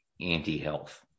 anti-health